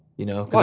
you know. why?